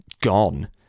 gone